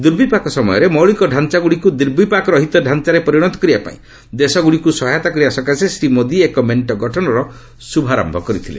ଦୁର୍ବିପାକ ସମୟରେ ମୌଳିକ ଢାଞ୍ଚାଗୁଡ଼ିକୁ ଦୁର୍ବିପାକରହିତ ଢାଞ୍ଚାରେ ପରିଣତ କରିବା ପାଇଁ ଦେଶଗୁଡ଼ିକୁ ସହାୟତା କରିବା ସକାଶେ ଶ୍ରୀ ମୋଦୀ ଏକ ମେଣ୍ଟ ଗଠନର ଶୁଭାରନ୍ତ କରିଥିଲେ